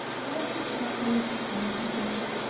but hamish could not lose his sunny temperament,